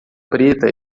preta